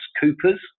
coopers